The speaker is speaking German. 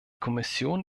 kommission